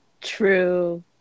True